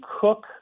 cook